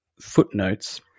footnotes